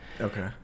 okay